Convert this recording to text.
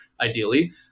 Ideally